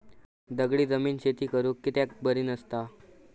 दगडी जमीन शेती करुक कित्याक बरी नसता?